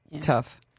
tough